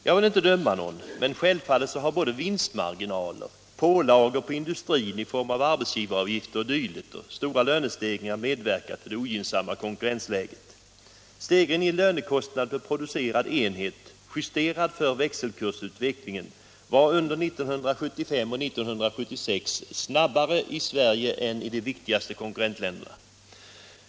Jag vill inte döma någon, men självfallet har både vinstmarginaler, pålagor på industrin i form av arbetsgivaravgifter o. d. och stora lönestegringar medverkat till det ogynnsamma konkurrensläget. Stegringen i lönekostnad per producerad enhet, justerad för växelkursutvecklingen, var under 1975 och 1976 snabbare i Sverige än i de viktigaste konkurrentländerna.